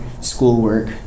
schoolwork